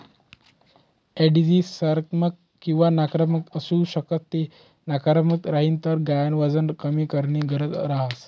एडिजी सकारात्मक किंवा नकारात्मक आसू शकस ते नकारात्मक राहीन तर गायन वजन कमी कराणी गरज रहस